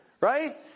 right